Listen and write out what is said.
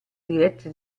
dirette